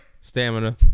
Stamina